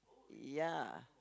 ya